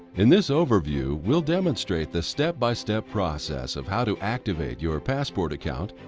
in this overview, we'll demonstrate the step-by-step process of how to activate your passport account